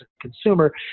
consumer